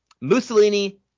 Mussolini